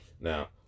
Now